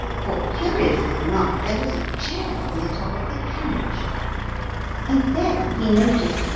for curiously enough there was a chair on the top of the carriage and then he noticed,